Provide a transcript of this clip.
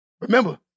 Remember